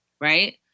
right